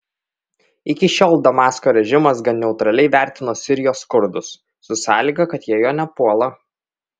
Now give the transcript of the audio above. iki šiol damasko režimas gan neutraliai vertino sirijos kurdus su sąlyga kad jie jo nepuola